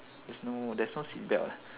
there's no there's no seat belt leh